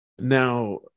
now